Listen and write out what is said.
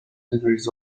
degrees